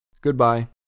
Goodbye